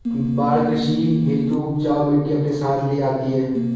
बाढ़ कृषि हेतु उपजाऊ मिटटी अपने साथ ले आती है